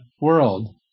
world